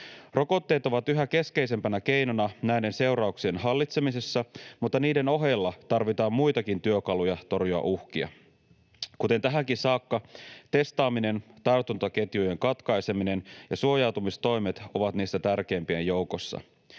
Rokotteet ovat yhä keskeisimpänä keinona näiden seurauksien hallitsemisessa, mutta niiden ohella tarvitaan muitakin työkaluja torjua uhkia. Kuten tähänkin saakka, testaaminen, tartuntaketjujen katkaiseminen ja suojautumistoimet ovat niistä tärkeimpien joukossa.